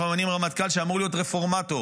אנחנו ממנים רמטכ"ל שאמור להיות רפורמטור.